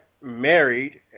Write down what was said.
married